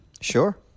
Sure